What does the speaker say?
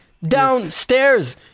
downstairs